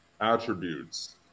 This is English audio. attributes